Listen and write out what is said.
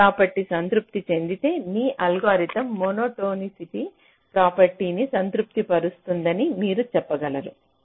ఈ ప్రాపర్టీ సంతృప్తి చెందితే మీ అల్గోరిథం మోనోటోనిసిటీ ప్రాపర్టీ ని సంతృప్తిపరుస్తుందని మీరు చెప్పగలరు